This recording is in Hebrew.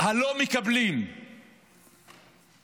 לא מקבלים כלום